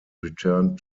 returned